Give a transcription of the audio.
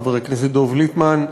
וחבר הכנסת דב ליפמן.